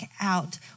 out